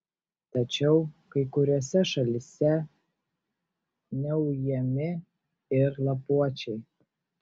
tačiau kai kuriose šalyse neujami ir lapuočiai